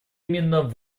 именно